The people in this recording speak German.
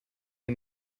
mir